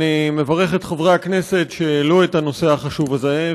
אני מברך את חברי הכנסת שהעלו את הנושא החשוב הזה,